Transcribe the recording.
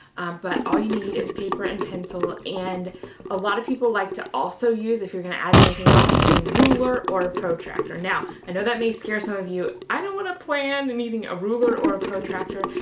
but all you need is paper and pencil. and a lot of people like to also use, if you're gonna add anything else, a ruler or a protractor. now, i know that may scare some of you. i don't wanna plan needing a ruler or a protractor.